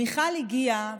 מיכל הגיעה,